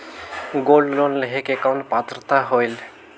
Gold loan लेहे के कौन पात्रता होएल?